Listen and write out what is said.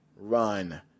run